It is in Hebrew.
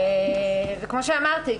כפי שאמרתי,